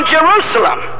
Jerusalem